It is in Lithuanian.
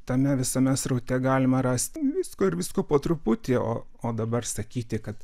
tame visame sraute galima rasti visko ir visko po truputį o o dabar sakyti kad